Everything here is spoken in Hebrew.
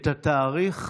את התאריך